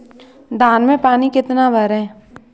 धान में पानी कितना भरें?